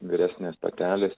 vyresnės patelės